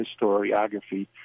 historiography